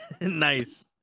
Nice